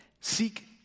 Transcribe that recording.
Seek